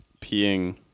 peeing